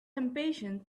impatient